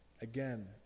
again